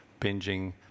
binging